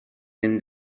این